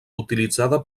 utilitzada